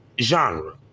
genre